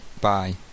bye